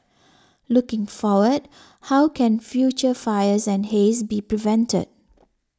looking forward how can future fires and haze be prevented